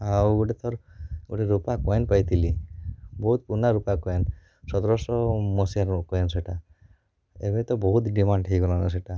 ଆଉ ଗୋଟେ ଥର୍ ଗୋଟେ ରୁପା କଏନ୍ ପାଇଥିଲି ବହୁତ୍ ପୁରୁଣା ରୁପା କଏନ୍ ସତରଶ ମସିହାର କଏନ୍ ସେଟା ଏବେ ତ ବହୁତ୍ ଡିମାଣ୍ଡ୍ ହେଇ ଗଲାନା ସେଟା